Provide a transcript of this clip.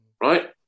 right